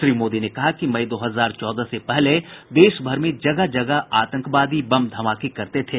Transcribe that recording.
श्री मोदी ने कहा कि मई दो हजार चौदह से पहले देश भर में जगह जगह आतंकवादी बम धमाके करते थे